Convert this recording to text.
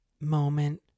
moment